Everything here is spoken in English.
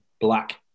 black